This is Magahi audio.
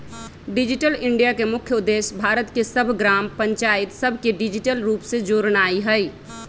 डिजिटल इंडिया के मुख्य उद्देश्य भारत के सभ ग्राम पञ्चाइत सभके डिजिटल रूप से जोड़नाइ हइ